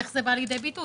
איך זה בא לידי ביטוי?